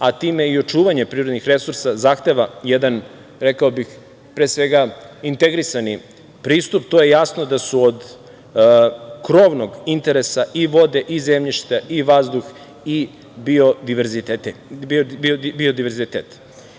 a time i očuvanje prirodnih resursa, zahteva jedan, rekao bih, integrisani pristup, to je jasno da su od krovnog interesa i vode i zemljišta i vazduh i bidiverzitet. Jedino